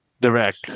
Direct